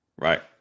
right